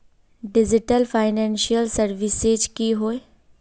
Digital financial services की होय?